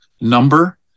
number